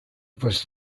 was